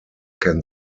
can